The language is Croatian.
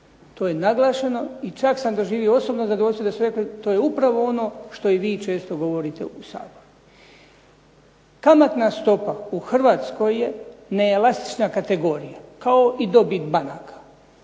To je naglašeno i čak sam doživio osobno zadovoljstvo da su rekli to je upravo ono što i vi često govorite u Saboru. Kamatna stopa u Hrvatskoj je neelastična kategorija kao i dobit banaka.